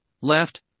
left